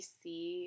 see